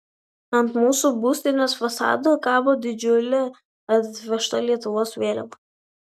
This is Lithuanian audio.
ant mūsų būstinės fasado kabo didžiulė atvežta lietuvos vėliava